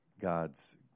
God's